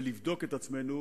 ולבדוק את עצמנו,